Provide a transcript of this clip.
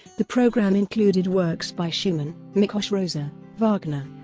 the program included works by schumann, miklos rozsa, wagner